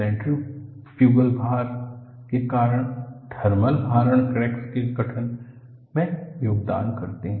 centrifugal भारण के साथ साथ थर्मल भारण क्रैक के गठन में योगदान करते हैं